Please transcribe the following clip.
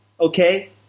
okay